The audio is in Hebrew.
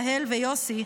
יהל ויוסי,